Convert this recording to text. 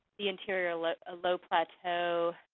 the interior low ah low plateau,